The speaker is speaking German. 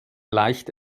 leicht